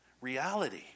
reality